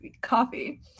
coffee